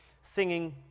singing